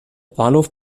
bahnhof